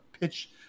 pitch